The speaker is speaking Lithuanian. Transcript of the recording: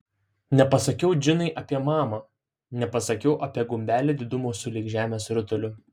nepasakiau džinai apie mamą nepasakiau apie gumbelį didumo sulig žemės rutuliu